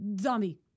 zombie